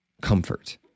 comfort